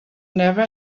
never